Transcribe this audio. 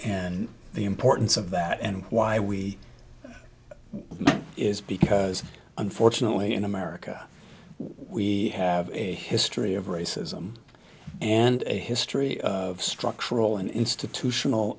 and the importance of that and why we is because unfortunately in america we have a history of racism and a history of structural and institutional